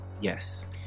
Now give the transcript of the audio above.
yes